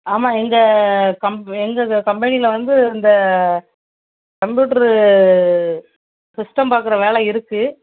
ஆமாம் எங்கள் கம் எங்கள் கம்பெனியில வந்து இந்த கம்ப்யூட்ரு சிஸ்டம் பார்க்குற வேலை இருக்கு